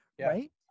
Right